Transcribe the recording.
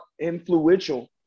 influential